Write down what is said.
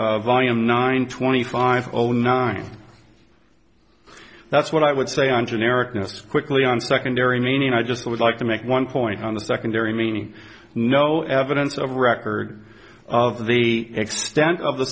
is volume nine twenty five zero nine that's what i would say on generic notes quickly on secondary meaning i just would like to make one point on the secondary meaning no evidence of record of the extent of the